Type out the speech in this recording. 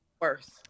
worse